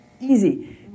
easy